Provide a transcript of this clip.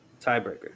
Tiebreaker